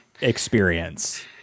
experience